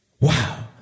Wow